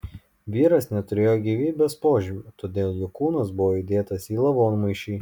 vyras neturėjo gyvybės požymių todėl jo kūnas buvo įdėtas į lavonmaišį